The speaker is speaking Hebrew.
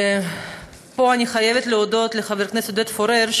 פה אני חייבת להודות לחבר הכנסת עודד פורר,